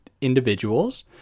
Individuals